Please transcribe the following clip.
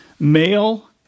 Male